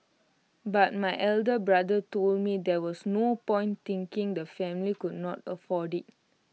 but my elder brother told me there was no point thinking the family could not afford IT